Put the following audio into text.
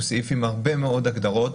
הוא סעיף עם הרבה מאוד הגדרות.